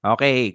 Okay